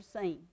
seen